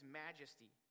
majesty